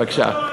בבקשה.